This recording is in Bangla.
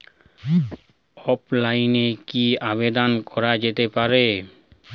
অফলাইনে কি আবেদন করা যেতে পারে?